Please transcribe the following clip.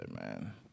man